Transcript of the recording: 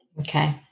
Okay